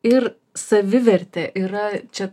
ir savivertė yra čia